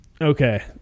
Okay